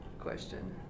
question